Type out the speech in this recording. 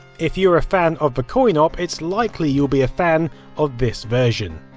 if you're a fan of the coin-op, it's likely you'll be a fan of this version.